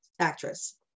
actress